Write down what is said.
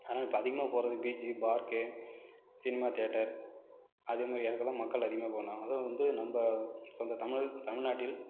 ஆனால் இப்போ அதிகமாக போகறது பீச்சு பார்க்கு சினிமா தியேட்டர் அது மாரி இடத்துக்கு தான் மக்கள் அதிகமாக போனால் அதுவும் வந்து நம்ப சொந்தத் தமிழ் தமிழ்நாட்டில்